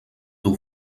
teu